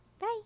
Bye